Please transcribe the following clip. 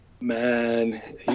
Man